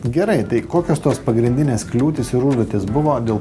gerai tai kokios tos pagrindinės kliūtys ir užduotys buvo dėl